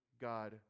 God